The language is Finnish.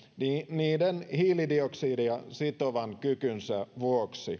niiden hiilidioksideja sitovan kykynsä vuoksi